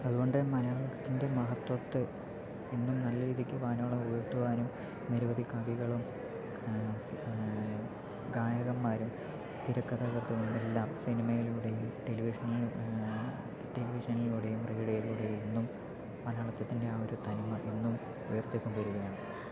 അതുകൊണ്ട് മലയാളത്തിൻ്റെ മഹത്വത്തെ ഇന്നും നല്ല രീതിക്ക് വാനോളം ഉയർത്തുവാനും നിരവധി കവികളും സ് ഗായകന്മാരും തിരക്കഥാകൃത്തുക്കളും എല്ലാം സിനിമയുടെയും ടെലിവിഷൻ ടെലിവിഷനിലൂടെയും റേഡിയോയിലൂടെയും ഇന്നും മലയാളിത്വത്തിൻ്റെ ആ ഒരു തനിമ ഇന്നും ഉയർത്തിക്കൊണ്ട് വരികയാണ്